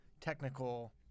technical